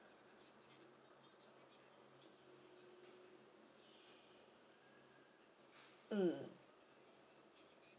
mm